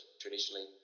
traditionally